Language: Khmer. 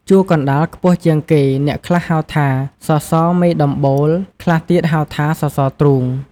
ជួរកណ្តាលខ្ពស់ជាងគេ អ្នកខ្លះហៅ ថាសសរមេដំបូល ខ្លះទៀតហៅថាសសរទ្រូង។